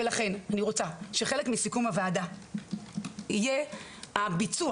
ולכן אני רוצה שחלק מסיכום הוועדה יהיה הביצוע,